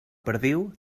perdiu